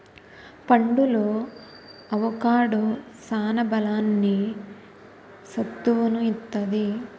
పండులో అవొకాడో సాన బలాన్ని, సత్తువును ఇత్తది